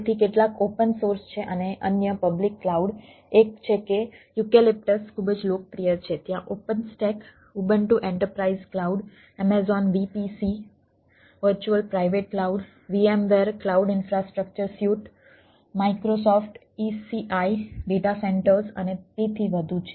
તેથી કેટલાક open source અને તેથી વધુ છે